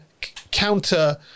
counter